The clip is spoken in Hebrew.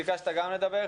ביקשת לדבר.